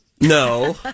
no